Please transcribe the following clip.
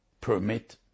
permit